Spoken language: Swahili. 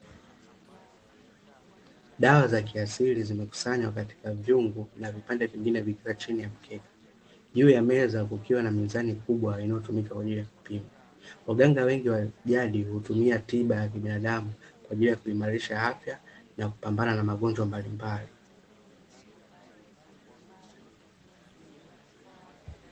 Dawa za kiasili zimekusanywa katika vyungu na vipande vingine vikiwa chini ya mkeka juu ya meza kukiwa na mizani kubwa inayotumika kwaajili ya kupima. Waganga wengi wa jadi hutumia tiba ya binadamu kwaajili ya kuimarisha afya na kupambana na magonjwa mbalimbali.